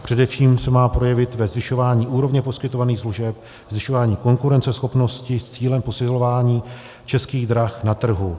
Především se má projevit ve zvyšování úrovně poskytovaných služeb, zvyšování konkurenceschopnosti s cílem posilování Českých drah na trhu.